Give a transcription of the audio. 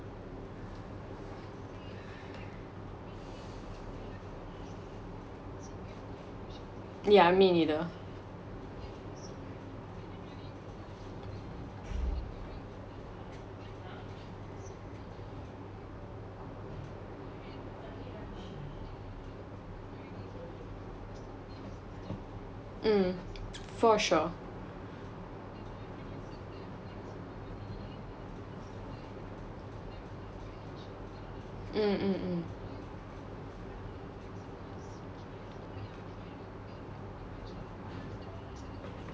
yeah I mean either mm for sure mm mm mm